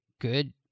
good